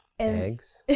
eggs.